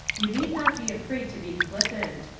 you need not be afraid to be flippant,